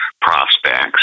prospects